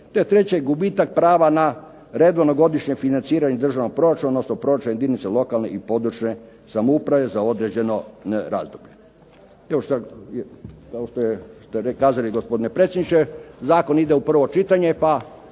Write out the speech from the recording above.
treće, gubitak prava na redovno godišnje financiranje državnog proračuna odnosno proračuna jedinica lokalne i područne samouprave za određeno razdoblje. Kao što ste kazali gospodine predsjedniče, zakon ide u prvo čitanje pa